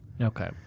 Okay